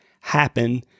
happen